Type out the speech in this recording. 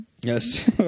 Yes